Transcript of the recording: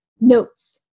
notes